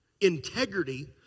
Integrity